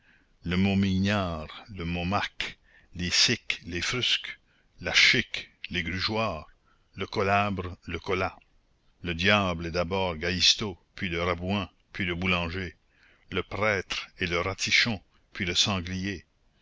le momignard le momacque les siques les frusques la chique l'égrugeoir le colabre le colas le diable est d'abord gahisto puis le rabouin puis le boulanger le prêtre est le ratichon puis le sanglier